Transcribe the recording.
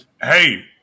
Hey